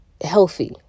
healthy